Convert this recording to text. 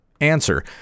Answer